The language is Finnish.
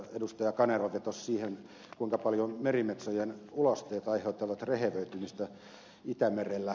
kanerva vetosi siihen kuinka paljon merimetsojen ulosteet aiheuttavat rehevöitymistä itämerellä